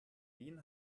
wien